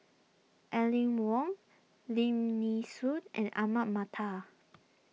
Aline Wong Lim Nee Soon and Ahmad Mattar